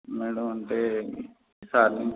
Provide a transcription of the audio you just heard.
madam అంటే ఈ సారి నుం